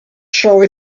sure